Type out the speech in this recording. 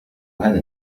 هذا